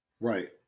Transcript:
Right